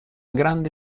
grande